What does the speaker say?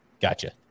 Gotcha